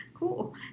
Cool